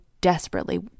desperately